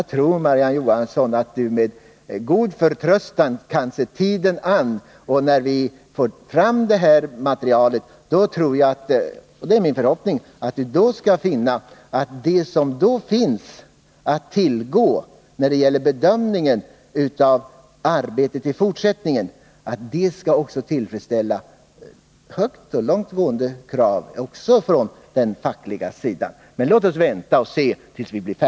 Jag tror att Marie-Ann Johansson med god förtröstan kan se tiden an. När vi får fram materialet är det min förhoppning att det som då står till buds för en bedömning av arbetet i fortsättningen skall tillfredsställa långtgående krav både från den fackliga sidan och från näringslivet.